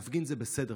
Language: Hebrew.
להפגין זה בסדר.